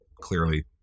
clearly